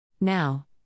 Now